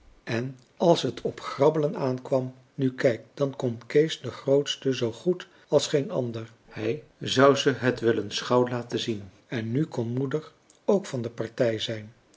en als het op grabbelen aankwam nu kijk dat kon kees de grootste zoo goed als geen ander hij zou het ze wel eens gauw laten zien en nu kon moeder ook van de partij zijn